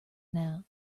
now